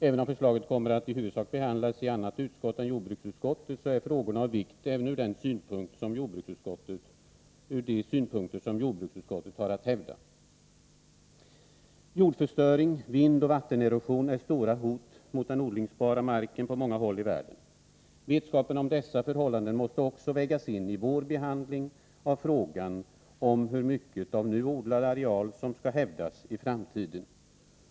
Även om förslaget kommer att i huvudsak behandlas i annat utskott än jordbruksutskottet, är frågorna av vikt även ur de synpunkter som jordbruksutskottet har att hävda. Jordförstöring, vindoch vattenerosion är stora hot mot den odlingsbara marken på många håll i världen. Vetskapen om dessa förhållanden måste också vägas in vid vår behandling av frågan om hur mycket av nu odlad areal som skall hävdas i framtiden.